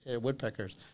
Woodpeckers